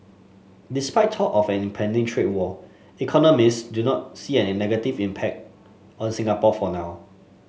despite talk of an impending trade war economist do not see an negative impact on Singapore for now